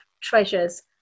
treasures